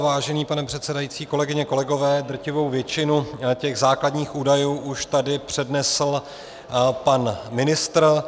Vážený pane předsedající, kolegyně, kolegové, drtivou většinu základních údajů už tady přednesl pan ministr.